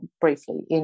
briefly